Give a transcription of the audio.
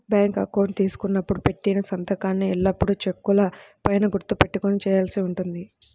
bank account తీసుకున్నప్పుడు పెట్టిన సంతకాన్నే ఎల్లప్పుడూ చెక్కుల పైన గుర్తు పెట్టుకొని చేయాల్సి ఉంటుంది